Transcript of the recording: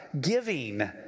giving